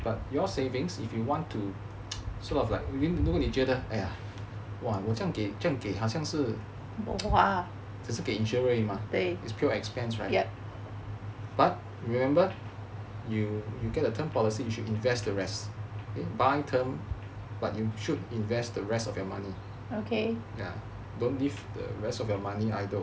but your savings if you want to sort of like 如果你觉得 !wah! 我这样给好像是就是给 insurance 而已 mah is pure expense right but remember you you get a term policy you should invest the rest in buying term but you should invest the rest of your money ya don't leave the rest of your money idle